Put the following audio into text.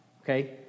okay